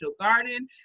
Garden